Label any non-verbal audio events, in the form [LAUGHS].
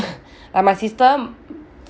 [LAUGHS] like my sister